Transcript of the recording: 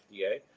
FDA